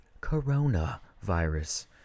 Coronavirus